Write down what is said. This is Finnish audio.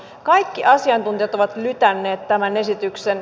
kaikki asiantuntijat ovat lytänneet tämän esityksen